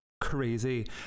crazy